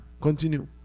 Continue